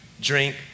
drink